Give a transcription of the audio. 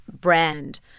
brand